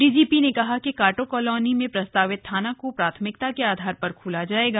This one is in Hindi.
डीजीपी ने कहा कि कोटी कॉलोनी में प्रस्तावित थाना को प्राथमिकता के आधार पर खोला जाएगा